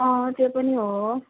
अँ त्यो पनि हो